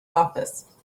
office